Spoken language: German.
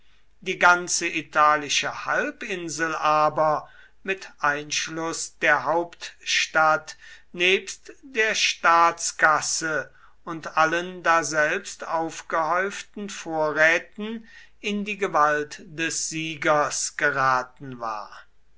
die ganze italische halbinsel aber mit einschluß der hauptstadt nebst der staatskasse und allen daselbst aufgehäuften vorräten in die gewalt des siegers geraten war